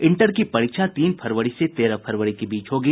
inter की परीक्षा तीन फरवरी से तेरह फरवरी के बीच होगी